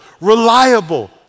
reliable